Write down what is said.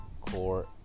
Core